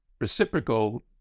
reciprocal